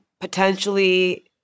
potentially